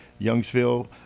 Youngsville